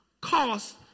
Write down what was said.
cost